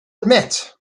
admit